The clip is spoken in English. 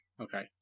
okay